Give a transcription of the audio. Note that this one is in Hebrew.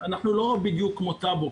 אנחנו לא בדיוק כמו טאבו,